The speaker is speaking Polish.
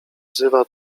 wzywa